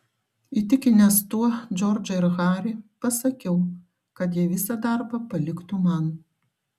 įtikinęs tuo džordžą ir harį pasakiau kad jie visą darbą paliktų man